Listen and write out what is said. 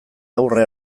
aurre